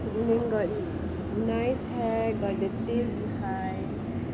you got nice hair got the tail behind